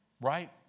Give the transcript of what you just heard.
right